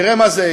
תראה מה זה,